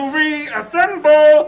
reassemble